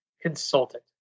consultant